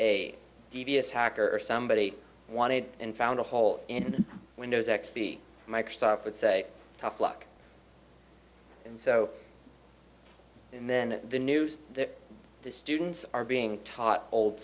a devious hacker or somebody wanted and found a hole in windows x p microsoft would say tough luck so and then the news that the students are being taught old